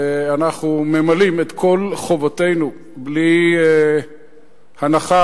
ואנחנו ממלאים את כל חובותינו בלי הנחה,